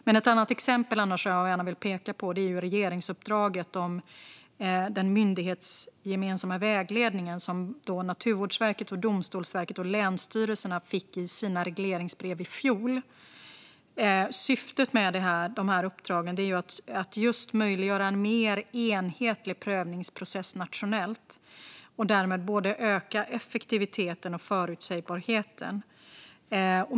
Det exempel jag gärna vill peka på är regeringsuppdraget om den myndighetsgemensamma vägledningen som Naturvårdsverket, Domstolsverket och länsstyrelserna fick i sina regleringsbrev i fjol. Syftet med de uppdragen är att just möjliggöra en mer enhetlig prövningsprocess nationellt och därmed öka både effektiviteten och förutsägbarheten.